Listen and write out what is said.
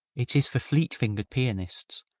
it is for fleet-fingered pianists,